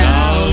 Now